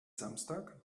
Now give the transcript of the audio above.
samstag